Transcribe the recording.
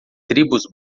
tribos